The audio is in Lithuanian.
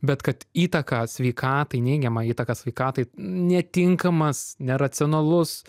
bet kad įtaką sveikatai neigiamą įtaką sveikatai netinkamas neracionalus